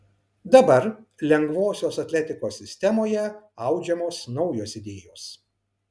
dabar lengvosios atletikos sistemoje audžiamos naujos idėjos